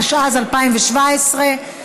התשע"ז 2017,